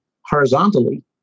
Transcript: horizontally